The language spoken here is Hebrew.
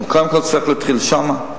אבל קודם כול צריך להתחיל שמה.